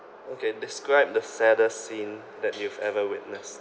okay describe the saddest scene that you've ever witnessed